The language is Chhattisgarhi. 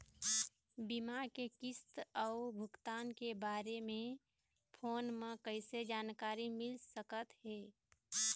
बीमा के किस्त अऊ भुगतान के बारे मे फोन म कइसे जानकारी मिल सकत हे?